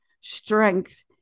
strength